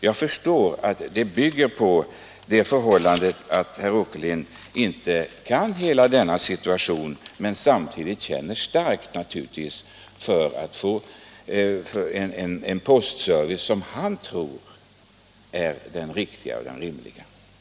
Jag förstår att herr Åkerlind inte har kunskap om hela denna situation men samtidigt känner starkt, naturligtvis, för en postservice som han tror är den riktiga och den rimliga. den det ej vill röstar nej.